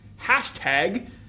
hashtag